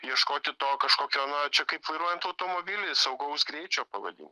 ieškoti to kažkokio na čia kaip vairuojant automobilį saugaus greičio pavadinkim